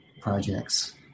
projects